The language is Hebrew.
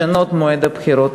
לשנות את מועד הבחירות.